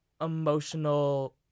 emotional